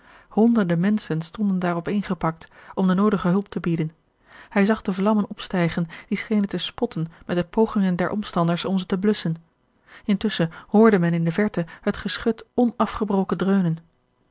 honderden menschen stonden daar opeengepakt om de noodige hulp te bieden hij zag de vlammen opstijgen die schenen te spotten met de pogingen der omstanders om ze te blusschen intusschen hoorde men in de verte het geschut onafgebroken dreunen